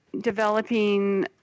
developing